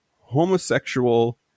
homosexual